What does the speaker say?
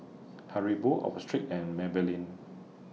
Haribo Optrex and Maybelline